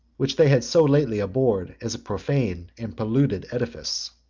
which they had so lately abhorred as a profane and polluted edifice.